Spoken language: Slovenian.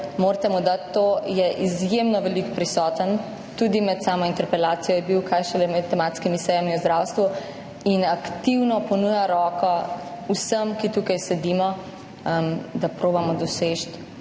Morate mu priznati to, da je izjemno veliko prisoten, tudi med samo interpelacijo je bil, kaj šele med tematskimi sejami o zdravstvu, in aktivno ponuja roko vsem, ki tukaj sedimo, da poskušamo doseči